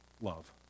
Love